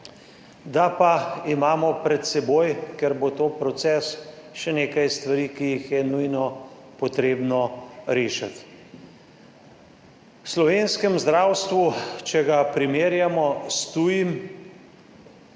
da pa imamo pred seboj, ker bo to proces, še nekaj stvari, ki jih je nujno treba rešiti. V slovenskem zdravstvu, če ga primerjamo s tujim,